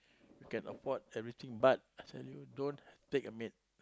you can afford everything but I tell you don't take a maid